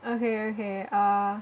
okay okay uh